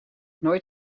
nooit